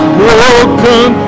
broken